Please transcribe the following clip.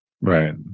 Right